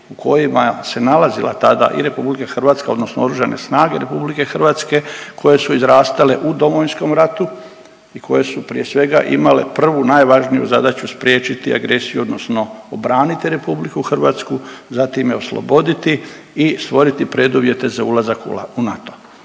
kojima se nalazila tada i RH, odnosno oružane snage RH koje su izrastale u Domovinskom ratu i koje su prije svega, imale prvu najvažniju zadaću, spriječiti agresiju odnosno obraniti RH, zatim je osloboditi i stvoriti preduvjete za ulazak u NATO.